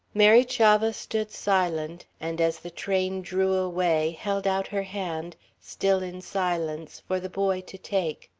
mary chavah stood silent, and as the train drew away held out her hand, still in silence, for the boy to take.